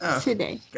today